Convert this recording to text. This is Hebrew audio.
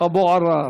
אבו עראר.